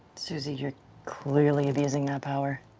suzie, you're clearly abusing that power.